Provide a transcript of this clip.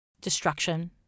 destruction